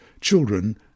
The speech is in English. children